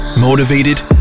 motivated